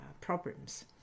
Problems